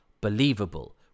believable